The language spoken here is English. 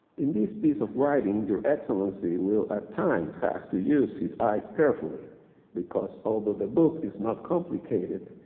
in this piece of writing, your excellency will at times have to use his eyes careful, because although the book is not complicated,